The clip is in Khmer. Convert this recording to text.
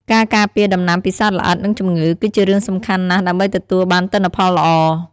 ការការពារដំណាំពីសត្វល្អិត និងជំងឺ គឺជារឿងសំខាន់ណាស់ដើម្បីទទួលបានទិន្នផលល្អ។